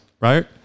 right